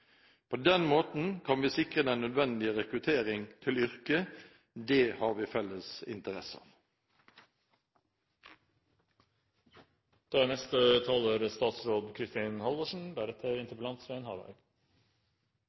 På den måten kan vi sikre den nødvendige rekruttering til yrket. Det har vi felles interesse av. Det er en viktig og interessant problemstilling som Svein